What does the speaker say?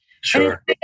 Sure